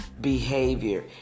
behavior